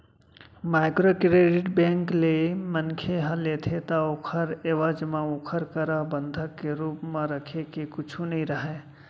micro credit bank ले मनखे ह लेथे ता ओखर एवज म ओखर करा बंधक के रुप म रखे के कुछु नइ राहय